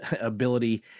ability